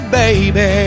baby